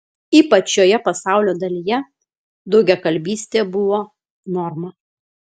ypač šioje pasaulio dalyje daugiakalbystė buvo norma